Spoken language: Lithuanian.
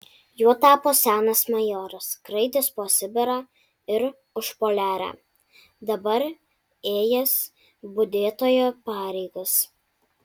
juo tapo senas majoras skraidęs po sibirą ir užpoliarę dabar ėjęs budėtojo pareigas